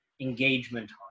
engagement